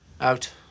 Out